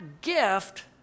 gift